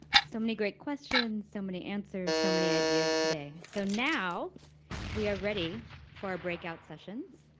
so many great questions. so many answers. so many ideas today. so now we are ready for our breakout sessions.